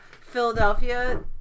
Philadelphia